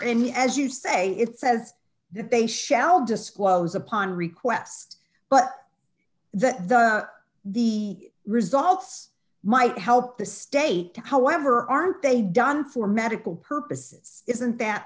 in as you say it says they shall disclose upon request but that the the results might help the state however aren't they done for medical purposes isn't that